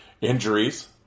injuries